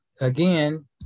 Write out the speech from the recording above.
again